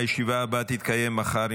הישיבה הבאה תתקיים מחר,